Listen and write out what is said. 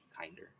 kinder